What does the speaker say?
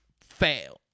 fail